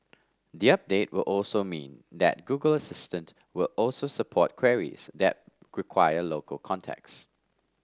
the update will also mean that Google Assistant will also support queries that local context